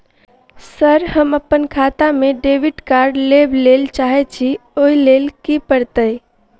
Sir हम अप्पन खाता मे डेबिट कार्ड लेबलेल चाहे छी ओई लेल की परतै?